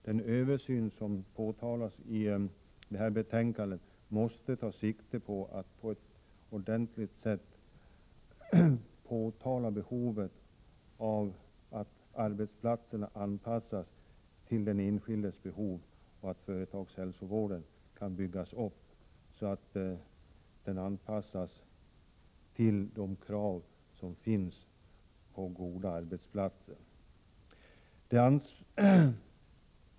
Den översyn som omtalas i betänkandet måste ta sikte på att ordentligt påtala behovet av att arbetsplatserna anpassas till den enskildes förutsättningar och av att företagshälsovården byggs ut så att den anpassas till de krav som ställs på goda arbetsplatser.